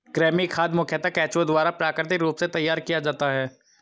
कृमि खाद मुखयतः केंचुआ द्वारा प्राकृतिक रूप से तैयार किया जाता है